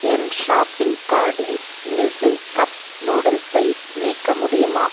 என் shopping கார்ட்டில் Nissin cup நூடுல்ஸை நீக்க முடியுமா